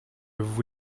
vous